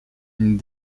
une